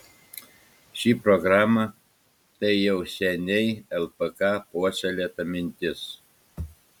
ši programa tai jau seniai lpk puoselėta mintis